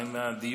מה עם הדיון?